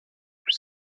plus